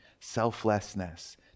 selflessness